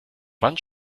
wand